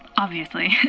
obviously.